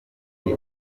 ziri